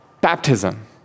Baptism